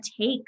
take